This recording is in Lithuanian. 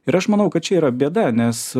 ir aš manau kad čia yra bėda nes